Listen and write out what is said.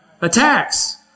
Attacks